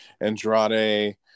Andrade